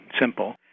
simple